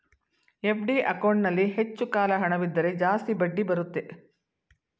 FD ಅಕೌಂಟಲ್ಲಿ ಹೆಚ್ಚು ಕಾಲ ಹಣವಿದ್ದರೆ ಜಾಸ್ತಿ ಬಡ್ಡಿ ಬರುತ್ತೆ